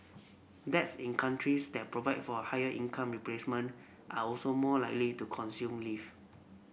dads in countries that provide for a higher income replacement are also more likely to consume leave